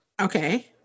Okay